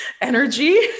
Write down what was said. energy